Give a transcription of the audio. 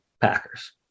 Packers